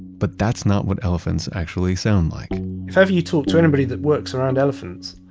but that's not what elephants actually sound like if ever you talk to anybody that works around elephants,